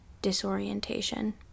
disorientation